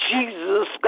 Jesus